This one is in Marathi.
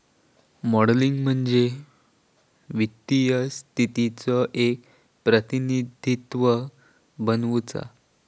मॉडलिंग म्हणजे वित्तीय स्थितीचो एक प्रतिनिधित्व बनवुचा